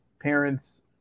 parents